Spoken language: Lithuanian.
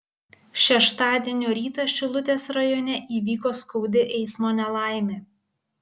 šeštadienio rytą šilutės rajone įvyko skaudi eismo nelaimė